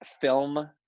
film